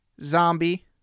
Zombie